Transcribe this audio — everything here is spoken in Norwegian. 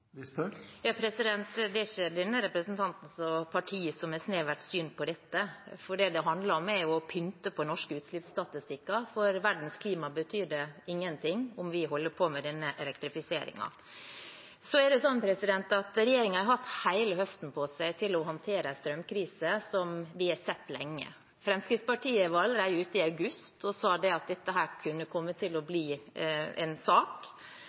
Det er ikke denne representantens parti som har et snevert syn på dette, for det det handler om, er jo å pynte på norske utslippsstatistikker. For verdens klima betyr det ingenting om vi holder på med denne elektrifiseringen. Regjeringen har hatt hele høsten på seg til å håndtere en strømkrise som vi har sett lenge. Fremskrittspartiet var ute allerede i august og sa at dette kunne komme til å bli en sak.